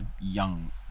young